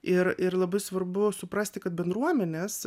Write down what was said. ir ir labai svarbu suprasti kad bendruomenės